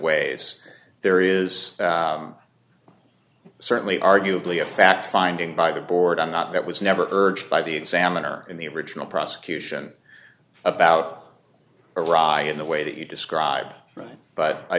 ways there is certainly arguably a fact finding by the board i'm not that was never urged by the examiner in the original prosecution about iraq in the way that you describe right but i